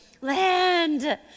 Land